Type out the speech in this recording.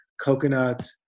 coconut